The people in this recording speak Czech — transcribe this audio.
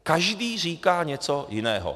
Každý říká něco jiného.